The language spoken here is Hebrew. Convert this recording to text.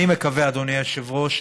אני מקווה, אדוני היושב-ראש,